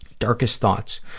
darkest thoughts.